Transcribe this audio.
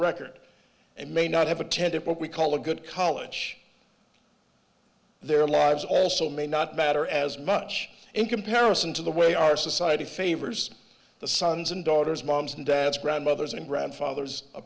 record and may not have attended what we call a good college their lives also may not matter as much in comparison to the way our society favors the sons and daughters moms and dads grandmothers and grandfathers a